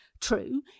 true